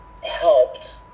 helped